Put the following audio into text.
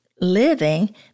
living